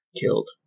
killed